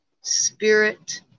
spirit